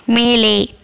மேலே